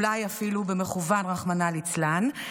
אולי אפילו במכוון, רחמנא ליצלן.